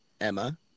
Emma